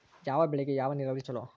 ಯಾವ ಬೆಳಿಗೆ ಯಾವ ನೇರಾವರಿ ಛಲೋ?